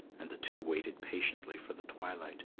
and the two waited patiently for the twilight.